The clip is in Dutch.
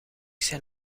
zijn